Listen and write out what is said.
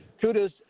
Kudos